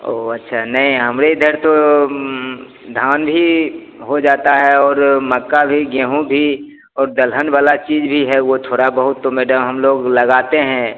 वो अच्छा नहीं हमारे इधर तो धान भी हो जाता है और मक्का भी गेहूँ भी और दलहन वाला चीज भी है वो थोड़ा बहुत तो मैडम हम लोग लगाते हैं